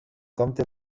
compte